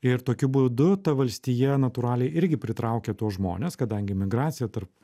ir tokiu būdu ta valstija natūraliai irgi pritraukia tuos žmones kadangi migracija tarp